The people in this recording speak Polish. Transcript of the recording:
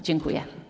Dziękuję.